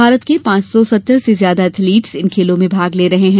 भारत के पांच सौ सत्तर से ज्यादा एथलीट्स इन खेलों में भाग ले रहे हैं